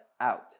out